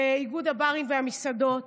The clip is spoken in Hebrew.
לאיגוד הברים והמסעדות,